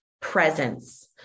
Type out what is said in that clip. presence